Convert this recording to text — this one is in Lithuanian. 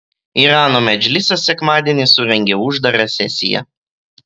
irano medžlisas sekmadienį surengė uždarą sesiją